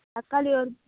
தக்காளி ஒரு